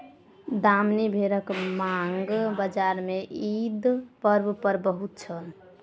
दामनी भेड़क मांग बजार में ईद पर्व पर बहुत छल